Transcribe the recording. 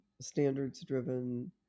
standards-driven